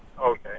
Okay